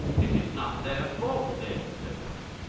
it is not their fault then, said martin.